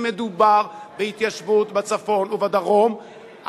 אם מדובר בהתיישבות בצפון ובדרום,